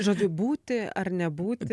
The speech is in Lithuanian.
žodžiu būti ar nebūti